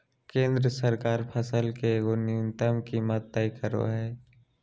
केंद्र सरकार फसल के एगो न्यूनतम कीमत तय करो हइ